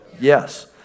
Yes